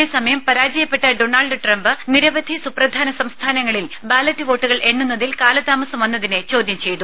അതേസമയം പരാജയപ്പെട്ട Donald Trump നിരവധി സുപ്രധാന സംസ്ഥാനങ്ങളിൽ ബാലറ്റ് വോട്ടുകൾ എണ്ണുന്നതിൽ കാലതാമസം വന്നതിനെ ചോദ്യം ചെയ്തു